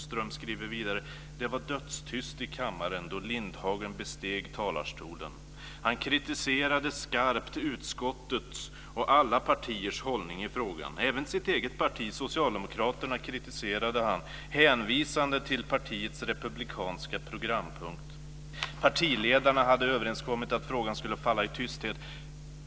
Ström skriver vidare: "Det var dödstyst i kammaren, då Lindhagen besteg talarstolen. Han kritiserade skarpt utskottets och alla partiers hållning i frågan. Även sitt eget parti, socialdemokraterna, kritiserade han, hänvisande till partiets republikanska programpunkt. Partiledarna hade överenskommit att frågan skulle falla i tysthet.